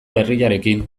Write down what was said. berriarekin